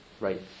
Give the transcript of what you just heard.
right